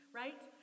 right